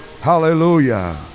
hallelujah